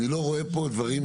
אני לא רואה פה דברים,